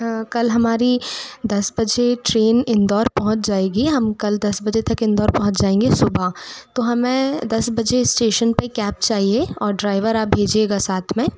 कल हमारी दस बजे ट्रेन इंदौर पहुँच जाएगी हम कल दस बजे तक इंदौर पहुँच जाएंगे सुबह तो हमें दस बजे एस्टेशन पर कैप चाहिए और ड्राइवर आप भेजिएगा साथ में